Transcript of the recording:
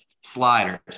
sliders